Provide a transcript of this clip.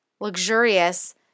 luxurious